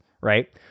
right